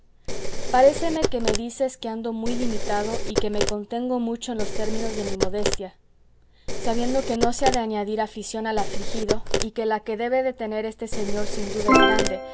paréceme que me dices que ando muy limitado y que me contengo mucho en los términos de mi modestia sabiendo que no se ha añadir aflición al afligido y que la que debe de tener este señor sin duda es grande